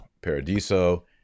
Paradiso